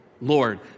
Lord